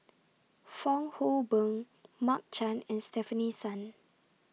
Fong Hoe Beng Mark Chan and Stefanie Sun